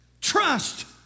trust